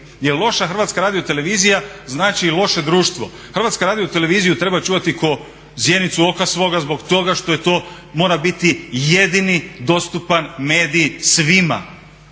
jer loša HRT znači i loše društvo, HRT treba čuvati ko zjenicu oka svoga zbog toga što je to mora biti jedini dostupan mediji svima,